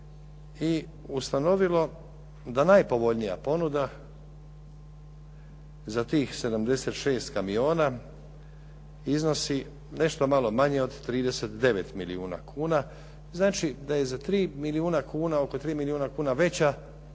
i ustanovilo da najpovoljnija ponuda za tih 76 kamiona iznosi nešto malo manje od 39 milijuna kuna. Znači da je za 3 milijuna, oko 3 milijuna kuna veća